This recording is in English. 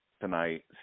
tonight